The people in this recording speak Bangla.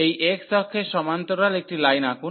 এই x অক্ষের সমান্তরাল একটি লাইন আঁকুন